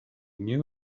new